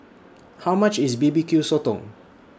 How much IS B B Q Sotong